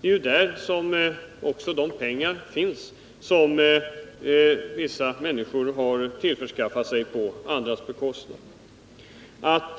Det är där de pengar finns som vissa människor har skaffat sig på andras bekostnad. Att